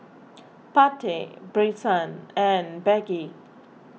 Pate Brycen and Peggy